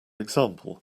example